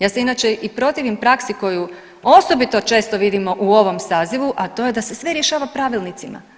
Ja se inače i protivim praksi koju osobito često vidimo u ovom sazivu, a to je da se sve rješava pravilnicima.